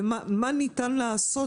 במה שניתן לעשות